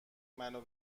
منو